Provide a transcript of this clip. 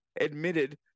admitted